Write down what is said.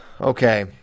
okay